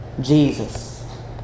Jesus